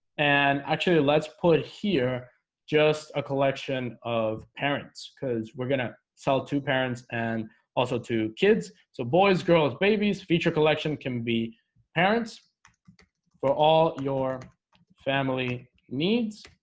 and actually let's put here just a collection of parents because we're gonna sell to parents and also to kids so boys girls babies feature collection can be parents for all your family needs